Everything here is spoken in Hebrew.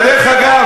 ודרך אגב,